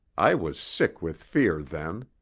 i was sick with fear then.